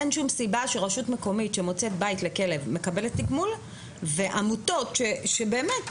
אין שום סיבה שרשות מקומית שמוצאת בית לכלב מקבלת תגמול ועמותות שבאמת,